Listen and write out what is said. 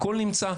הכול נמצא.